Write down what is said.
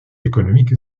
économique